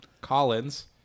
Collins